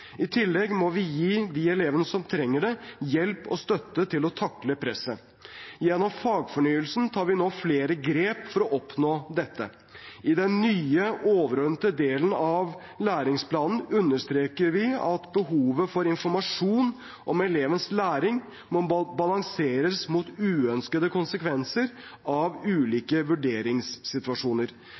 I tillegg må vi gi de elevene som trenger det, hjelp og støtte til å takle presset. Gjennom fagfornyelsen tar vi nå flere grep for å oppnå dette. I den nye overordnede delen av læreplanen understreker vi at behovet for informasjon om elevenes læring må balanseres mot uønskede konsekvenser av ulike vurderingssituasjoner.